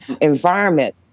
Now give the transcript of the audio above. environment